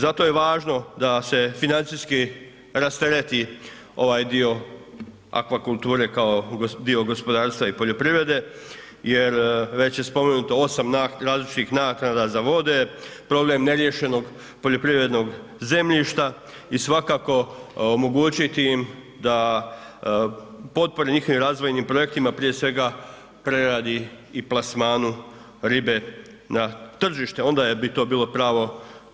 Zato je važno da se financijski rastereti ovaj dio akvakulture kao dio gospodarstva i poljoprivrede jer već je spomenuto 8 različitih naknada za vode, problem neriješenog poljoprivrednog zemljišta i svakako omogućiti im da potpore njihovim razvojnim projektima, prije svega preradi i plasmanu ribe na tržište, onda bi to bilo